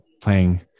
playing